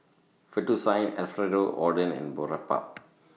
Fettuccine Alfredo Oden and Boribap